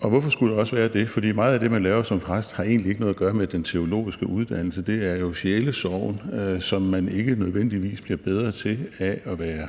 Hvorfor skulle det også være det? For meget af det, man laver som præst, har egentlig ikke noget at gøre med den teologiske uddannelse. Det er jo sjælesorgen, som man ikke nødvendigvis bliver bedre til af at være